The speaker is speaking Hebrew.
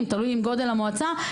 תלוי מה גודל המועצה,